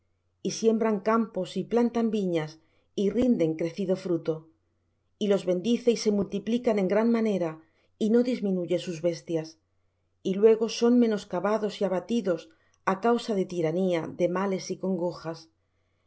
y siembran campos y plantan viñas y rinden crecido fruto y los bendice y se multiplican en gran manera y no disminuye sus bestias y luego son menoscabados y abatidos a causa de tiranía de males y congojas